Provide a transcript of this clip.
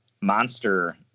monster